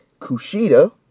Kushida